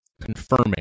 confirming